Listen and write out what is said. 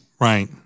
right